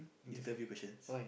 interview questions